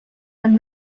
and